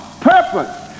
purpose